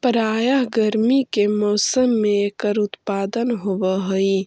प्रायः गर्मी के मौसम में एकर उत्पादन होवअ हई